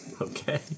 Okay